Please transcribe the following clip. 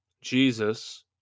Jesus